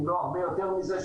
אם לא הרבה יותר מזה,